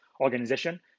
organization